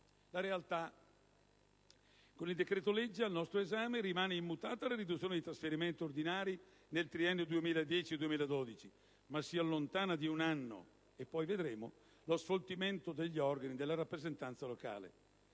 La realtà: con il decreto-legge al nostro esame, rimane immutata la riduzione dei trasferimenti ordinari nel triennio 2010-2012, ma si allontana di un anno - e poi vedremo - lo sfoltimento degli organi della rappresentanza locale.